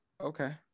Okay